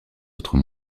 autres